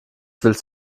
willst